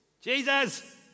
Jesus